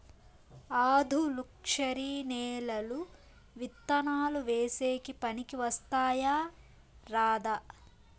ఆధులుక్షరి నేలలు విత్తనాలు వేసేకి పనికి వస్తాయా రాదా?